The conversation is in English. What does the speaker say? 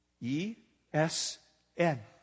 E-S-N